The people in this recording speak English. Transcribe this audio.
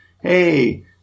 hey